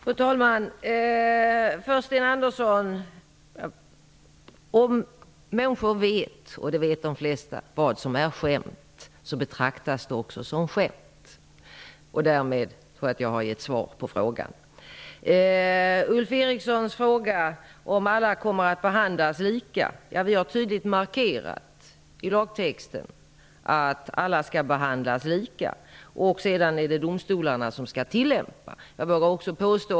Fru talman! Först till Sten Andersson: Om människor vet - det vet de flesta - vad som är skämt, så betraktas det också som skämt. Därmed har jag gett svar på frågan. Ulf Eriksson frågar om alla kommer att behandlas lika. Vi har tydligt markerat i lagtexten att alla skall behandlas lika. Sedan är det domstolama som skall tillämpa lagen.